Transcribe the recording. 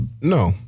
No